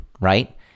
right